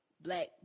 black